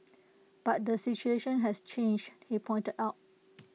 but the situation has changed he pointed out